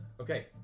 Okay